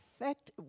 effect